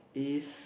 is